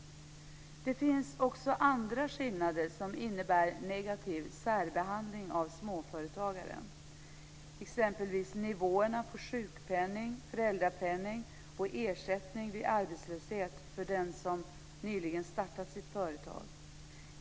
Det finns också andra skillnader som innebär negativ särbehandling av småföretagare, exempelvis nivåerna på sjukpenning, föräldrapenning och ersättning vid arbetslöshet för den som nyligen startat sitt företag.